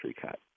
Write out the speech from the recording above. cut